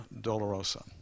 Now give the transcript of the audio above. Dolorosa